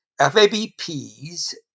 FABPs